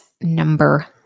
number